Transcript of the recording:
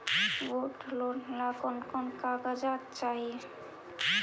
Gold loan ला कौन कौन कागजात चाही?